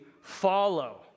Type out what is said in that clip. follow